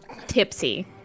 tipsy